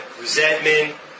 resentment